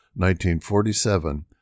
1947